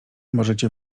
możecie